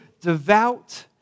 devout